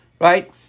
right